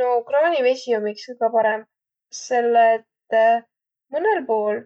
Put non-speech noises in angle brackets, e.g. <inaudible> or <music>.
No kraanivesi om iks kõgõ parõmb, selle et <hesitation> mõnõl pool